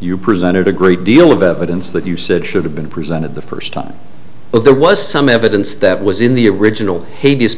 you presented a great deal of evidence that you said should have been presented the first time well there was some evidence that was in the original